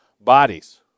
Bodies